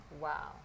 Wow